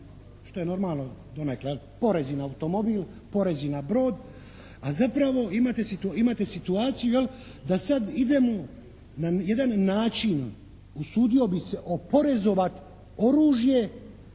se ne razumije./ … porez i na automobil, porez i na brod, a zapravo imate situaciju jel' da sad idemo na jedan način usudio bih se, oporezovati oružje